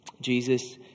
Jesus